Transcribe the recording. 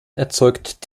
erzeugt